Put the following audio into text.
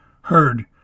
heard